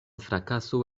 frakaso